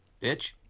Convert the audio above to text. Bitch